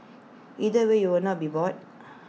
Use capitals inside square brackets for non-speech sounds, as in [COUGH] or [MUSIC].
either way you will not be bored [NOISE]